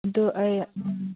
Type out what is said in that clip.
ꯑꯗꯨ ꯑꯩ ꯎꯝ